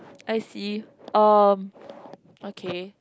I see um okay